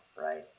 right